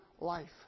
life